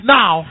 now